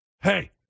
hey